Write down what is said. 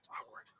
awkward